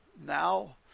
now